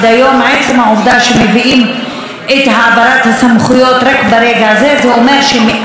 עצם העובדה שמביאים את העברת הסמכויות רק ברגע הזה זה אומר שמאז,